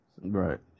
Right